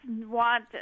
want